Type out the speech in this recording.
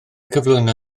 cyflwyno